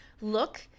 Look